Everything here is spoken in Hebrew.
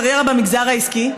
קריירה במגזר העסקי,